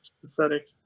pathetic